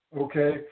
Okay